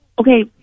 okay